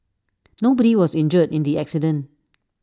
nobody was injured in the accident